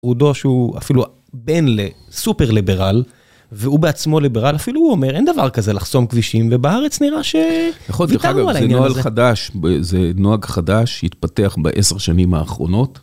הוא דוש, הוא אפילו בן לסופר-ליברל, והוא בעצמו ליברל אפילו, הוא אומר, אין דבר כזה לחסום כבישים, ובארץ נראה שוויתרנו על העניין הזה. זה נוהג חדש, זה נוהג חדש, התפתח בעשר שנים האחרונות.